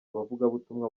abavugabutumwa